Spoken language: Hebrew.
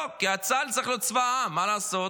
לא, כי צה"ל צריך להיות צבא העם, מה לעשות?